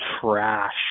trash